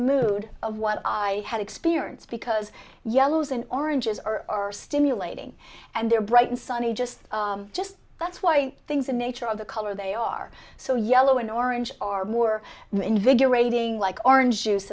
mood of what i had experience because yellows and oranges are stimulating and they're bright and sunny just just that's why things in nature of the color they are so yellow and orange are more invigorating like orange juice